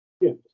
yes